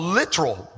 literal